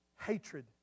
Hatred